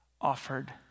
offered